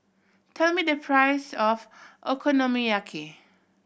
tell me the price of Okonomiyaki